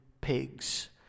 pigs